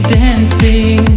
dancing